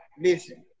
listen